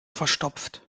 verstopft